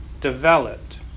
developed